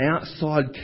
outside